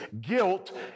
guilt